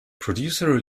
producer